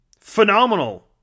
Phenomenal